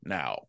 now